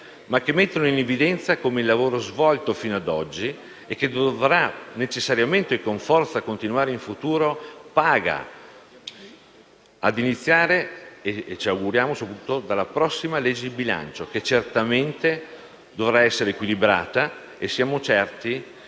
ma mettono in evidenza come il lavoro svolto fino ad oggi e che dovrà necessariamente e con forza continuare in futuro paghi, ad iniziare - così ci auguriamo - dalla prossima legge di bilancio, che certamente dovrà essere equilibrata e siamo certi